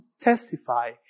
testify